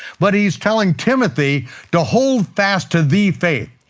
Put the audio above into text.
but he's telling timothy to hold fast to thee faith,